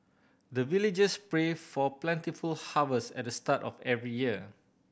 the villagers pray for plentiful harvest at the start of every year